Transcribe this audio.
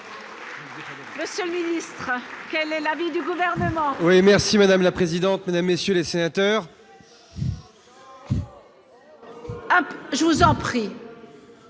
réalité en face. Quel est l'avis du gouvernement. Oui merci madame la présidente, mesdames, messieurs les sénateurs. Je vous en prie.